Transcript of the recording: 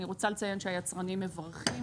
אני רוצה לציין שהיצרנים מברכים.